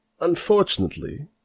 unfortunately